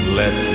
let